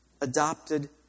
Adopted